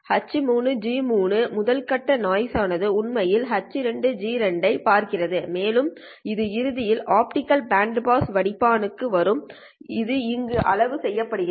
H3G3 முதல் கட்ட noise ஆனது உண்மையில் H2G2 ஐப் பார்க்கிறது மேலும் இது இறுதியில் ஆப்டிகல் பேண்ட் பாஸ் வடிப்பான்க்கு வரும் இது இங்கு அளவு செய்யப்படுகிறது